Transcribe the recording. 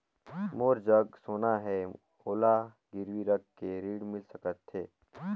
मोर जग सोना है ओला गिरवी रख के ऋण मिल सकथे?